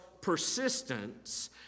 persistence